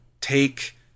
take